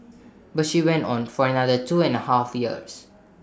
but she went on for another two and A half years